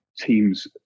teams